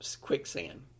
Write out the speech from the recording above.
quicksand